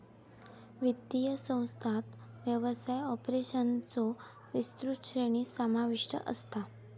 वित्तीय संस्थांत व्यवसाय ऑपरेशन्सचो विस्तृत श्रेणी समाविष्ट असता